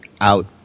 out